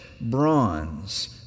bronze